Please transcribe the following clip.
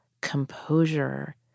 composure